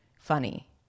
funny